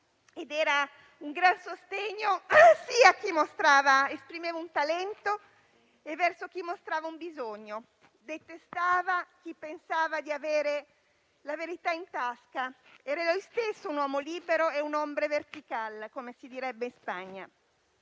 era un gran sostegno sia verso chi esprimeva un talento, sia verso chi mostrava un bisogno. Detestava chi pensava di avere la verità in tasca ed era lui stesso un uomo libero e un *hombre vertical*, come si direbbe in Spagna.